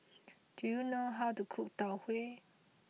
do you know how to cook Tau Huay